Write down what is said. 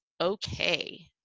okay